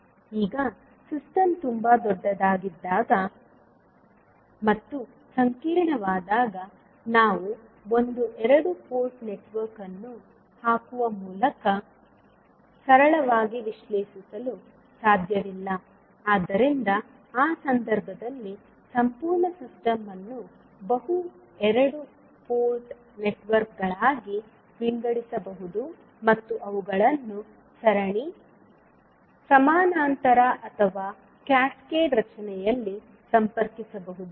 ಈಗ ಸಿಸ್ಟಮ್ ತುಂಬಾ ದೊಡ್ಡದಾಗಿದಾಗ ಮತ್ತು ಸಂಕೀರ್ಣವಾದಾಗ ನಾವು ಒಂದು ಎರಡು ಪೋರ್ಟ್ ನೆಟ್ವರ್ಕ್ ಅನ್ನು ಹಾಕುವ ಮೂಲಕ ಸರಳವಾಗಿ ವಿಶ್ಲೇಷಿಸಲು ಸಾಧ್ಯವಿಲ್ಲ ಆದ್ದರಿಂದ ಆ ಸಂದರ್ಭದಲ್ಲಿ ಸಂಪೂರ್ಣ ಸಿಸ್ಟಮ್ ಅನ್ನು ಬಹು ಎರಡು ಪೋರ್ಟ್ ನೆಟ್ವರ್ಕ್ಗಳಾಗಿ ವಿಂಗಡಿಸಬಹುದು ಮತ್ತು ಅವುಗಳನ್ನು ಸರಣಿ ಸಮಾನಾಂತರ ಅಥವಾ ಕ್ಯಾಸ್ಕೇಡ್ ರಚನೆಯಲ್ಲಿ ಸಂಪರ್ಕಿಸಬಹುದು